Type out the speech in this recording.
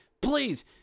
please